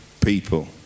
people